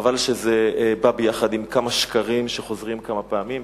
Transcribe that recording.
חבל שזה בא יחד עם כמה שקרים שחוזרים כמה פעמים,